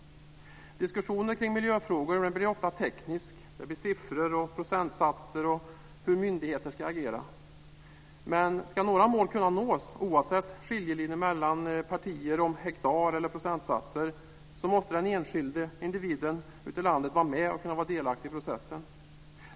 Diskussioner kring miljöfrågor blir ofta tekniska. Det blir siffror, procentsatser och åsikter om hur myndigheter ska agera. Men om några mål ska kunna nås, oavsett skiljelinjer mellan partier om hektar eller procentsatser, måste den enskilde individen ute i landet kunna vara delaktig i processen.